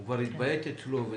הוא כבר התביית אצלו,